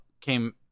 came